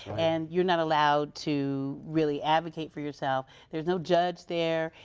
and you're not allowed to really advocate for yourself. there's no judge there,